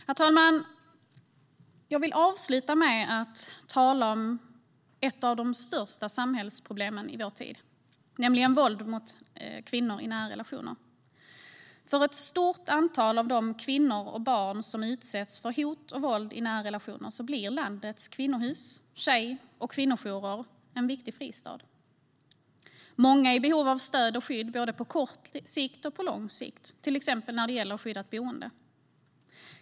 Herr talman! Jag vill avsluta med att tala om ett av de största samhällsproblemen i vår tid, nämligen våld mot kvinnor i nära relationer. För ett stort antal av de kvinnor och barn som utsätts för hot och våld i nära relationer blir landets kvinnohus, tjejjourer och kvinnojourer en viktig fristad. Många är i behov av stöd och skydd på både kort och lång sikt, till exempel i form av skyddat boende.